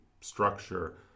structure